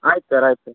ಆಯ್ತು ಸರ್ ಆಯ್ತು ಸರ್